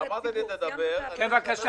תגיד את